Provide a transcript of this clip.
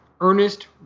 Ernest